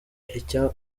icyo